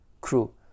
crew